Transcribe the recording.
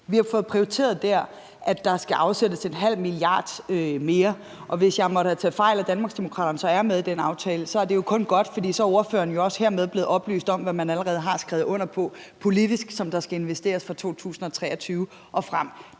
at vi får tilføjet, at der skal afsættes 0,5 mia. kr. mere. Og hvis jeg måtte have taget fejl, og Danmarksdemokraterne så er med i den aftale, er det jo kun godt, for så er ordføreren jo også hermed blevet oplyst om, hvad man allerede har skrevet under på politisk der skal investeres fra 2023 og frem.